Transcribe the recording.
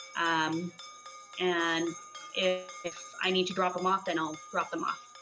um and if if i need to drop them off then i'll drop them off.